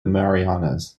marianas